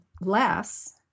less